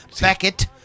Beckett